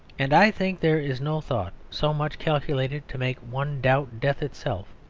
and i think there is no thought so much calculated to make one doubt death itself,